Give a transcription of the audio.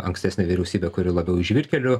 ankstesnė vyriausybė kuri labiau į žvyrkelių